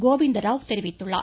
கோவிந்த ராவ் தெரிவித்துள்ளார்